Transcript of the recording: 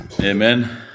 Amen